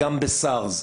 גם בסארס,